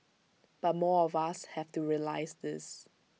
but more of us have to realise this